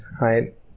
right